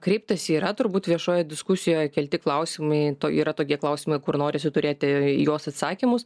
kreiptasi yra turbūt viešoje diskusijoje kelti klausimai yra tokie klausimai kur norisi turėti į juos atsakymus